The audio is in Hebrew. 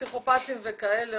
פסיכופטים וכאלה,